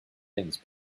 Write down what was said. things